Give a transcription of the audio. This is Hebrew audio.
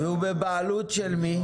והוא בבעלות של מי?